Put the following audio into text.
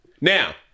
now